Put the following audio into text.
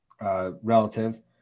Relatives